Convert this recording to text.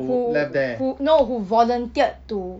who who no who volunteered to